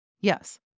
Yes